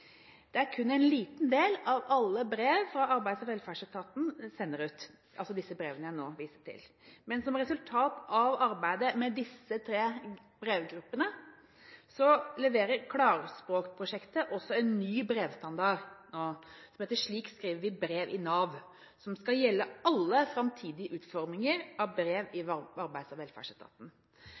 er kun en liten del av alle brev som Arbeids- og velferdsetaten sender ut – disse brevene jeg nå viste til. Men som resultat av arbeidet med disse tre brevgruppene, leverer klarspråkprosjektet også en ny brevstandard – slik skriver vi brev i Nav – som skal gjelde all framtidig utforming av brev i Arbeids- og velferdsetaten. Klarspråkprosjektet har samtidig forbedret brevet som Arbeids- og velferdsetaten